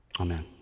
amen